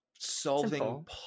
solving